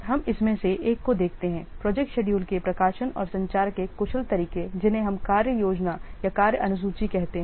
हम इसमें से एक को देखते हैं प्रोजेक्ट शेड्यूल के प्रकाशन और संचार के कुशल तरीके जिन्हें हम कार्य योजना या कार्य अनुसूची कहते हैं